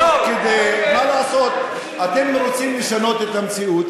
מה לעשות, אתם רוצים לשנות את המציאות.